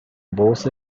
bolsa